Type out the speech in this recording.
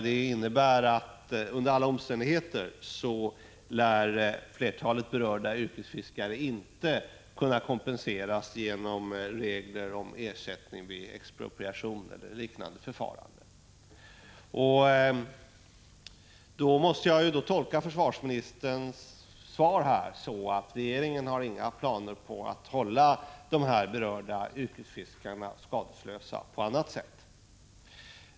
Det innebär att flertalet berörda yrkesfiskare under alla omständigheter inte lär kunna få kompensation enligt reglerna om ersättning vid expropriation eller liknande förfarande. Jag måste tolka försvarsministerns svar så, att regeringen inte har några planer på att hålla berörda yrkesfiskare skadeslösa på annat sätt.